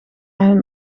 hun